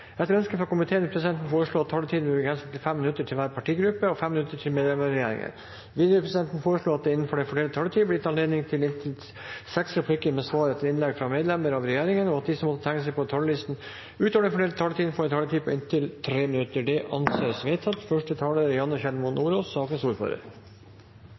Etter ønske fra komiteen vil presidenten foreslå at taletiden blir begrenset til 5 minutter til hver partigruppe og 5 minutter til medlemmer av regjeringen. Videre vil presidenten foreslå at det – innenfor den fordelte taletid – blir gitt anledning til inntil fem replikker med svar etter innlegg fra medlemmer av regjeringen, og at de som måtte tegne seg på talerlisten utover den fordelte taletid, får en taletid på inntil 3 minutter. – Det anses vedtatt. Dette er